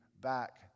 back